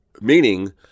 meaning